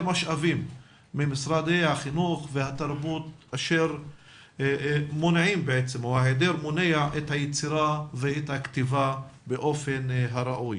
משאבים ממשרדי החינוך והתרבות שמונע את היצירה ואת הכתיבה באופן הראוי.